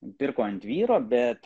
pirko ant vyro bet